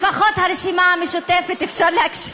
לפחות הרשימה המשותפת, אפשר להקשיב.